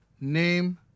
Name